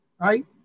Right